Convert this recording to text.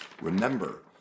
Remember